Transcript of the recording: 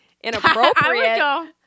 inappropriate